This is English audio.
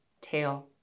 tail